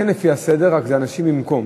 זה כן לפי הסדר, רק שזה אנשים במקום.